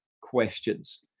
questions